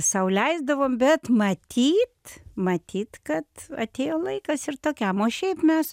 sau leisdavom bet matyt matyt kad atėjo laikas ir tokiam o šiaip mes